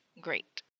Great